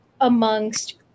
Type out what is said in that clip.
amongst